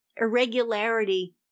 Irregularity